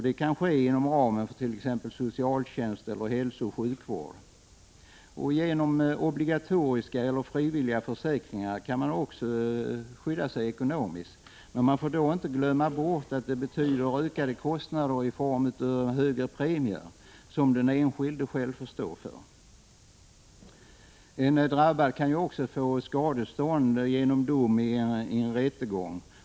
Den kan ges inom ramen fört.ex. socialtjänst eller hälsooch sjukvård. Genom obligatoriska eller frivilliga försäkringar kan man också skydda sig ekonomiskt. Men det får inte glömmas att det betyder ökade kostnader i form av höga premier, som den enskilde själv får stå för. En drabbad kan också få skadestånd genom dom i en rättegång.